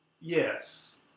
Yes